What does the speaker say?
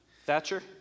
Thatcher